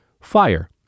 fire